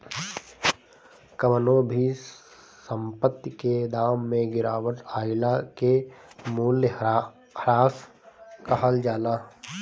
कवनो भी संपत्ति के दाम में गिरावट आइला के मूल्यह्रास कहल जाला